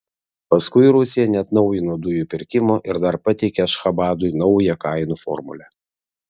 paskui rusija neatnaujino dujų pirkimo ir dar pateikė ašchabadui naują kainų formulę